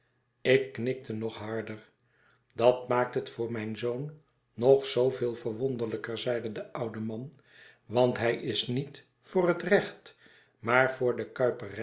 ik knikte nog harder dat maakt het voor mijn zoon nog zooveel verwonderlijker zeide de oude man want hij is niet voor het recht maar voor de